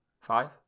five